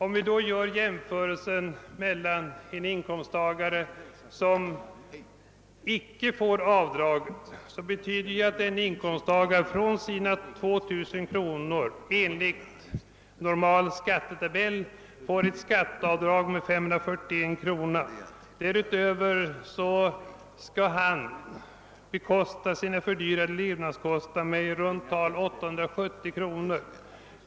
Om vi då gör en jämförelse med en inkomsttagare som icke får något avdrag, betyder det att den inkomsttagaren för sina 2 000 kronor enligt normalskattetabell får ett skatteavdrag på 541 kronor. Därutöver skall han betala sina fördyrade levnadskostnader med i runt tal 870 kronor.